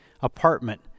apartment